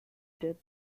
death